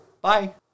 Bye